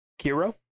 Kiro